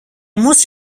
most